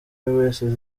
wese